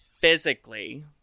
physically